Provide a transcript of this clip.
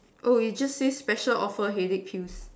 oh you just see special offer headache pills